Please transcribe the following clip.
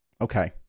Okay